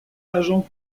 agent